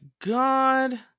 god